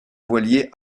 voilier